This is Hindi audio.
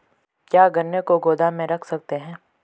क्या गन्ने को गोदाम में रख सकते हैं?